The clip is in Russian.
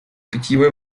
питьевой